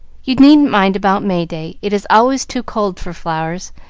you needn't mind about may-day it is always too cold for flowers,